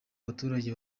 abaturage